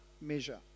measure